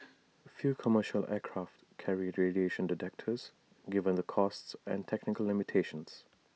few commercial aircraft carry radiation detectors given the costs and technical limitations